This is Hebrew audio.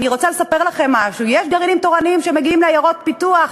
אני רוצה לספר לכם משהו: יש גרעינים תורניים שמגיעים לעיירות פיתוח,